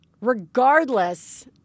regardless